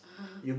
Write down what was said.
(uh huh)